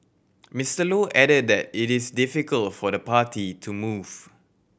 Mister Low added that it is difficult for the party to move